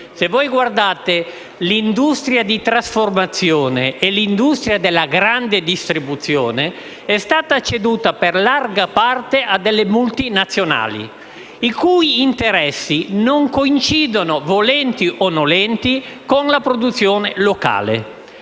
di tutti. Le industrie della trasformazione e della grande distribuzione sono state cedute per larga parte a delle multinazionali i cui interessi non coincidono, volenti o nolenti, con la produzione locale.